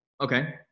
Okay